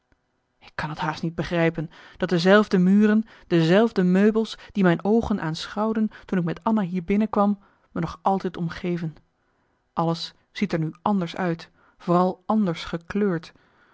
ik kan t haast niet begrijpen dat dezelfde muren dezelfde meubels die mijn oogen aanschouwden toen ik met anna hier binnen kwam me nog altijd omgeven alles ziet er nu anders uit vooral anders gekleurd